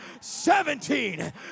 seventeen